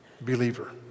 believer